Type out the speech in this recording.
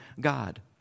God